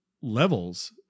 levels